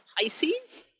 Pisces